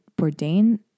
Bourdain